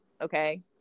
okay